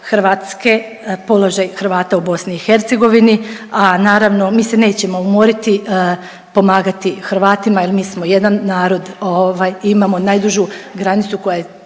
Hrvatske položaj Hrvata u BiH, a naravno mi se nećemo umoriti pomagati Hrvatima jel mi smo jedan narod, ovaj imamo najdužu granicu koja je